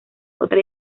otra